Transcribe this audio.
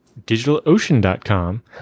digitalocean.com